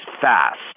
fast